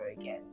again